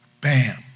bam